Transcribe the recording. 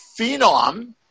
phenom